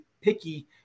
picky